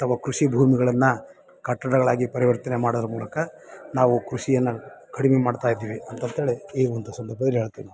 ಅಥವಾ ಕೃಷಿ ಭೂಮಿಗಳನ್ನು ಕಟ್ಟಡಗಳಾಗಿ ಪರಿವರ್ತನೆ ಮಾಡೋದರ ಮೂಲಕ ನಾವು ಕೃಷಿಯನ್ನು ಕಡಿಮೆ ಮಾಡ್ತಾ ಇದ್ದೀವಿ ಅಂತಂತೇಳಿ ಈ ಒಂದು ಸಂದರ್ಭದಲ್ಲಿ ಹೇಳ್ತೀನಿ